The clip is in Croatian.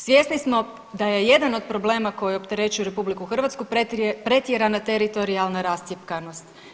Svjesni smo da je jedan od problema koji opterećuje RH pretjerana teritorijalna rascjepkanost.